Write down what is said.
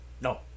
No